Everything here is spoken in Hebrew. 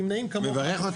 נמנעים כמוך.